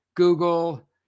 Google